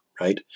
right